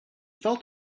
felt